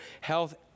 health